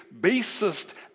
basest